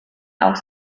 auch